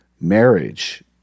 marriage